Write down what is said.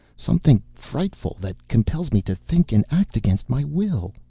something frightful, that compels me to think and act against my will.